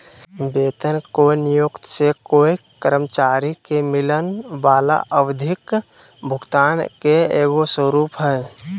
वेतन कोय नियोक्त से कोय कर्मचारी के मिलय वला आवधिक भुगतान के एगो स्वरूप हइ